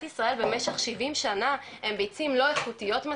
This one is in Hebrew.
ישראל במשך שבעים שנה הם ביצים לא איכותיות מספיק,